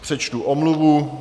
Přečtu omluvu.